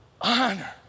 Honor